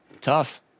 tough